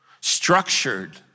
Structured